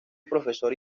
profesor